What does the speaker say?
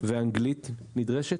ואנגלית נדרשת?